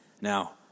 Now